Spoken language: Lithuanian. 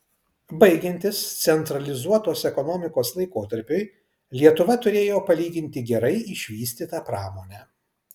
baigiantis centralizuotos ekonomikos laikotarpiui lietuva turėjo palyginti gerai išvystytą pramonę